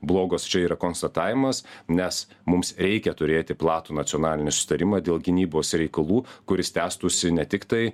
blogos čia yra konstatavimas nes mums reikia turėti platų nacionalinį susitarimą dėl gynybos reikalų kuris tęstųsi ne tiktai